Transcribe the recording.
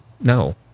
no